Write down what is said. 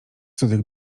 cudzych